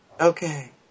Okay